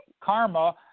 karma